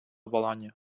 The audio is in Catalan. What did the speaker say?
bolonya